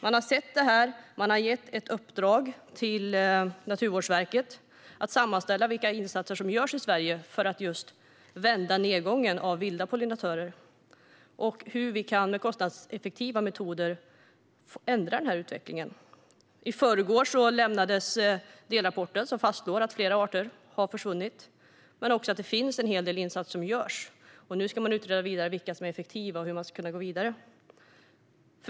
Den har sett detta och gett ett uppdrag till Naturvårdsverket att sammanställa vilka insatser som görs i Sverige för att just vända nedgången av vilda pollinatörer och se hur vi med kostnadseffektiva metoder kan ändra utvecklingen. I förrgår lämnades delrapporten som fastslår att flera arter har försvunnit men också att det finns en hel del insatser som görs. Nu ska man utreda vidare vilka som är effektiva och hur man ska kunna gå vidare.